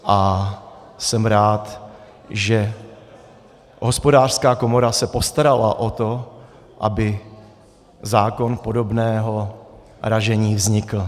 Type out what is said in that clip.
A jsem rád, že Hospodářská komora se postarala o to, aby zákon podobného ražení vznikl.